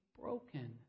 broken